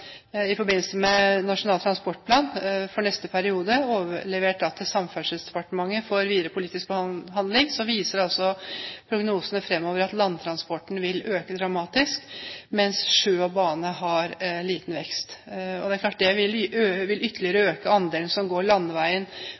i år – en fagrapport i forbindelse med Nasjonal transportplan for neste periode, overlevert til Samferdselsdepartementet for videre politisk behandling – at landtransporten vil øke dramatisk, mens sjø og bane har liten vekst. Det vil ytterligere øke andelen som går landveien, på bekostning av sjøtransporten. Det